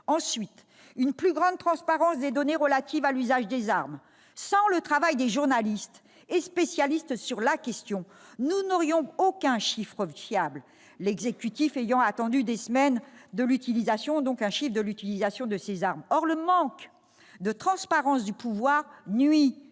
voulons une plus grande transparence des données relatives à l'usage des armes. Sans le travail des journalistes et spécialistes sur la question, nous n'aurions aucun chiffre fiable- l'exécutif ayant attendu des semaines -sur l'utilisation de ces armes. Or le manque de transparence du pouvoir nuit